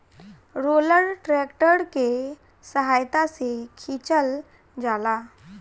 roller tractor के सहायता से खिचल जाला